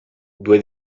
due